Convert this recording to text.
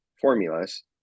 formulas